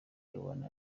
umwana